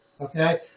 okay